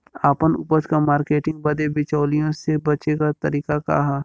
आपन उपज क मार्केटिंग बदे बिचौलियों से बचे क तरीका का ह?